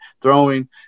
throwing